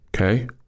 Okay